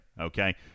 okay